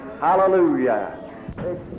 hallelujah